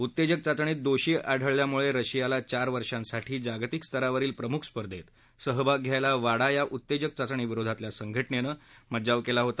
उत्तेजक चाचणीत दोषी आढळल्याम्ळे रशियाला चार वर्षांसाठी जागतिक स्तरावरील प्रमुख स्पर्धेत सहभाग घ्यायला वाडा या उत्तेजक चाचणी विरोधातल्या संघटनेनं मज्जाव केला होता